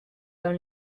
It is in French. dans